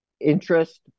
interest